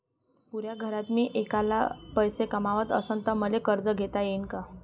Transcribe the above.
पुऱ्या घरात मी ऐकला पैसे कमवत असन तर मले कर्ज घेता येईन का?